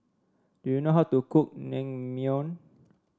do you know how to cook Naengmyeon